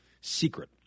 secret